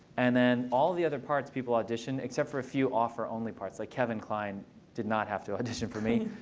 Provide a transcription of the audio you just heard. and then all the other parts, people auditioned. except for a few offer only parts. like, kevin kline did not have to audition for me.